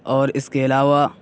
اور اس کے علاوہ